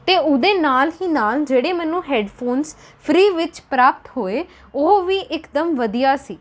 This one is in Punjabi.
ਅਤੇ ਉਹਦੇ ਨਾਲ ਹੀ ਨਾਲ ਜਿਹੜੇ ਮੈਨੂੰ ਹੈੱਡਫ਼ੋਨਸ ਫ੍ਰੀ ਵਿੱਚ ਪ੍ਰਾਪਤ ਹੋਏ ਉਹ ਵੀ ਇੱਕਦਮ ਵਧੀਆ ਸੀ